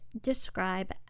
describe